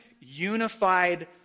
unified